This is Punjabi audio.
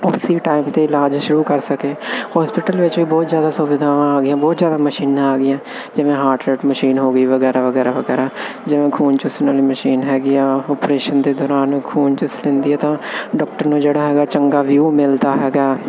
ਉਸੀ ਟਾਈਮ 'ਤੇ ਇਲਾਜ ਸ਼ੁਰੂ ਕਰ ਸਕੇ ਹੋਸਪਿਟਲ ਵਿੱਚ ਵੀ ਬਹੁਤ ਜ਼ਿਆਦਾ ਸੁਵਿਧਾਵਾਂ ਆ ਗਈਆਂ ਬਹੁਤ ਜ਼ਿਆਦਾ ਮਸ਼ੀਨਾਂ ਆ ਗਈਆਂ ਜਿਵੇਂ ਹਾਰਟ ਰੇਟ ਮਸ਼ੀਨ ਹੋ ਗਈ ਵਗੈਰਾ ਵਗੈਰਾ ਵਗੈਰਾ ਜਿਵੇਂ ਖੂਨ ਚੂਸਨ ਵਾਲੀ ਮਸ਼ੀਨ ਹੈਗੀ ਆ ਓਪਰੇਸ਼ਨ ਦੇ ਦੌਰਾਨ ਖੂਨ ਚੂਸ ਲੈਂਦੀ ਹੈ ਤਾਂ ਡਾਕਟਰ ਨੂੰ ਜਿਹੜਾ ਹੈਗਾ ਚੰਗਾ ਵਿਊ ਮਿਲਦਾ ਹੈਗਾ